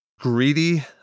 greedy